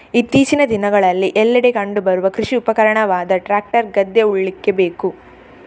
ಇತ್ತೀಚಿನ ದಿನಗಳಲ್ಲಿ ಎಲ್ಲೆಡೆ ಕಂಡು ಬರುವ ಕೃಷಿ ಉಪಕರಣವಾದ ಟ್ರಾಕ್ಟರ್ ಗದ್ದೆ ಉಳ್ಳಿಕ್ಕೆ ಬೇಕು